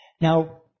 Now